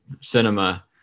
Cinema